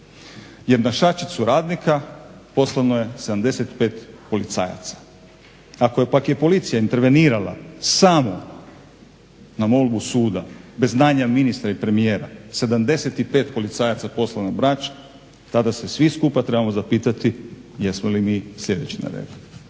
Jer na šačicu radnika poslano je 75 policajaca. Ako pak je policija intervenirala samo na molbu suda bez znanja ministra i premijera i 75 policajaca poslano je na Brač tada se svi skupa trebamo zapitati jesmo li mi sljedeći na redu.